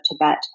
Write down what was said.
Tibet